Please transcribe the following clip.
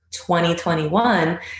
2021